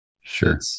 sure